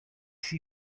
she